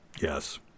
Yes